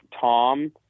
Tom